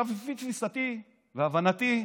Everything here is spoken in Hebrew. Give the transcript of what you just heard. לפי תפיסתי והבנתי,